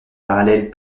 parallèles